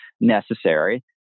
necessary